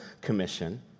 commission